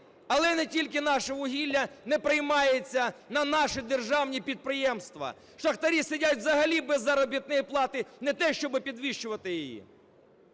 Але не тільки наше вугілля не приймається на наші державні підприємства, шахтарі сидять взагалі без заробітної плати, не те, щоб підвищувати її.